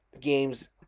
games